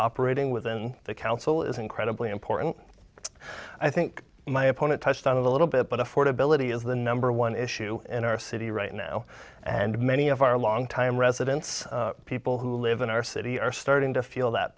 operating within the council is incredibly important i think my opponent touched on a little bit but affordability is the number one issue in our city right now and many of our longtime residents people who live in our city are starting to feel that